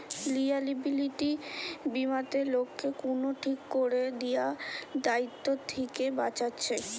liability বীমাতে লোককে কুনো ঠিক কোরে দিয়া দায়িত্ব থিকে বাঁচাচ্ছে